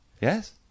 Yes